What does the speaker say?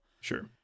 Sure